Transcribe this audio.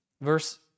verse